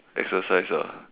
exercise ah